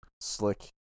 slick